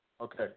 Okay